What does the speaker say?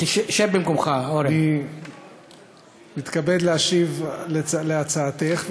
אני מתכבד להשיב על הצעתך,